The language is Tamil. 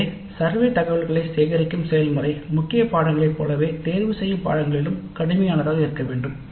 எனவே சர்வே தகவல்களைச் சேகரிக்கும் செயல்முறை முக்கிய பாடநெறிகளைப் போலவே தேர்ந்தெடுக்கப்பட்ட பாடநெறிகளிலும் கடுமையானதாக இருக்க வேண்டும்